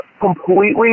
completely